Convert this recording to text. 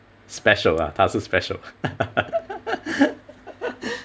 special ah 他是 special